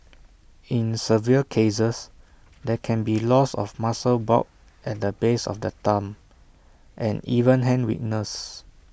in severe cases there can be loss of muscle bulk at the base of the thumb and even hand weakness